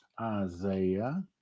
Isaiah